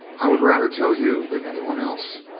i would rather tell you than anyone else.